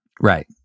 Right